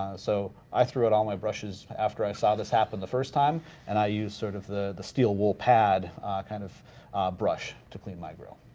so i threw out all my brushes after i saw this happen the first time and i use sort of the the steel wool pad kind of brush to clean my grill.